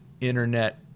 internet